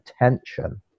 attention